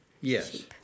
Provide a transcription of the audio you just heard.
Yes